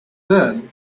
then